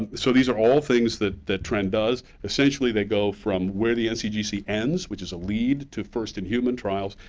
so these are all things that that trnd does. essentially they go from where the ncgc ends, which is a lead, to first-in-human trials.